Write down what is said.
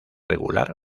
regular